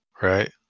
right